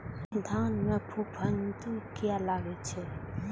धान में फूफुंदी किया लगे छे?